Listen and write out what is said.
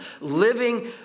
living